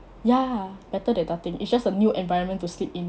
ya better than nothing it's just a new environment to sleep in